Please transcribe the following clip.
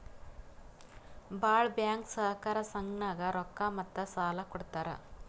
ಭಾಳ್ ಬ್ಯಾಂಕ್ ಸಹಕಾರ ಸಂಘನಾಗ್ ರೊಕ್ಕಾ ಮತ್ತ ಸಾಲಾ ಕೊಡ್ತಾರ್